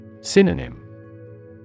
Synonym